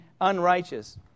unrighteous